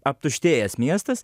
aptuštėjęs miestas